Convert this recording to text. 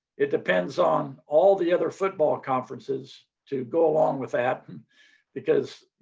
it depends on all the other football conferences to go along with that because,